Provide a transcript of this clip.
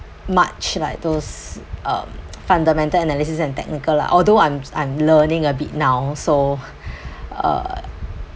much like those um fundamental analysis and technical lah although I'm s~ I'm learning a bit now so uh